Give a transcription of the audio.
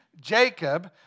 Jacob